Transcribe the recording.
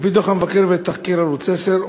על-פי דוח המבקר ותחקיר ערוץ 10,